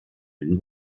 den